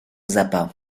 zappa